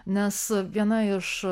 nes viena iš